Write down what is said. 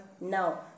now